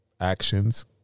actions